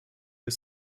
his